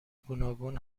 گوناگون